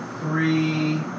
three